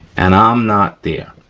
and i'm not there.